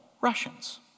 Russians